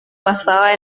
pasaba